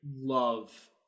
love